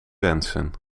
wensen